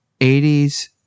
80s